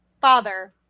Father